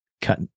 cut